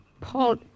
Paul